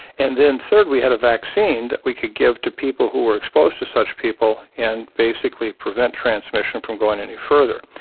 and then third we had a vaccine that we could give to people who were exposed to such people and basically prevent transmission from going any further.